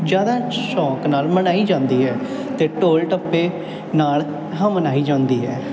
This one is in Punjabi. ਜ਼ਿਆਦਾ ਸ਼ੌਂਕ ਨਾਲ ਮਨਾਈ ਜਾਂਦੀ ਹੈ ਅਤੇ ਢੋਲ ਢੱਪੇ ਨਾਲ ਆਹਾ ਮਨਾਈ ਜਾਂਦੀ ਹੈ